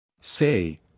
Say